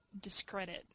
discredit